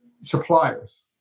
suppliers